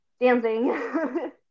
Dancing